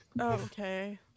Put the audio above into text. Okay